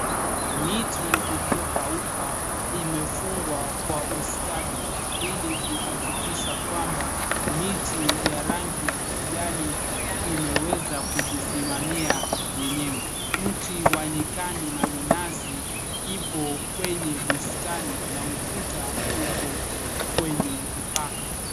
Miti iliyokauka imefungwa kwa ustadi ili kuhakikisha kwamba miti ya rangi ya kijani imeweza kujisimamia yenyewe. Mti wa nyikani na minazi ipo kwenye bustani na ukuta upo kwenye mpaka.